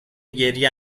گریه